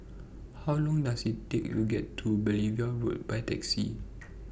How Long Does IT Take to get to Beaulieu Road By Taxi